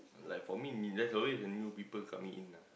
like for me there's always a new people coming in ah